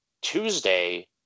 tuesday